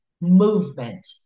movement